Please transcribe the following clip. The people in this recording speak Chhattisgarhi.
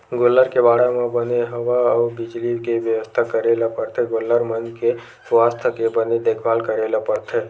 गोल्लर के बाड़ा म बने हवा अउ बिजली के बेवस्था करे ल परथे गोल्लर मन के सुवास्थ के बने देखभाल करे ल परथे